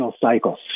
cycles